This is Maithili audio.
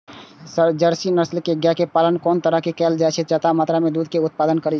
जर्सी नस्ल के गाय के पालन कोन तरह कायल जाय जे ज्यादा मात्रा में दूध के उत्पादन करी?